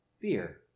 fear